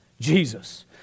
Jesus